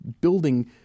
building